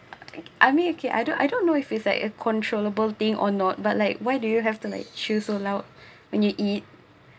I mean okay I don't I don't know if it's like a controllable thing or not but like why do you have to like chew so loud when you eat